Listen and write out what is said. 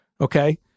Okay